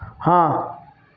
हाँ